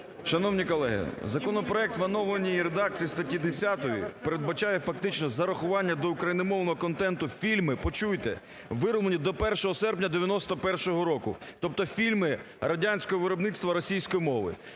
Шановні колеги, законопроект в оновленій редакції статті 10 передбачає фактично зарахування до україномовного контенту фільми, почуйте, вироблені до 1 серпня 1991 року. Тобто фільми радянського виробництва російської мови.